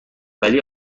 ولی